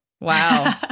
Wow